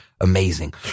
amazing